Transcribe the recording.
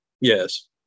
Yes